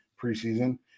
preseason